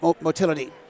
motility